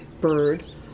bird